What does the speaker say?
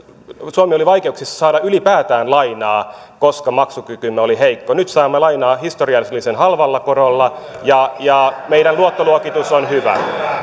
suomi oli vaikeuksissa saada ylipäätään lainaa koska maksukykymme oli heikko nyt saamme lainaa historiallisen halvalla korolla ja ja meidän luottoluokitus on hyvä